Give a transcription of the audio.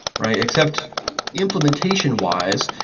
except implementation-wise,